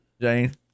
Jane